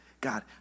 God